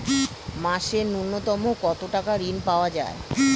মাসে নূন্যতম কত টাকা ঋণ পাওয়া য়ায়?